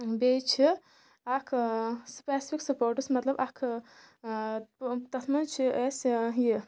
بیٚیہِ چھِ اَکھ سِپیسفِک سٕپوٹٕس مطلب اَکھ تَتھ منٛز چھِ أسۍ یہِ